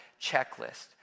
checklist